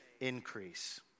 increase